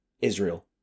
Israel